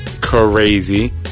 crazy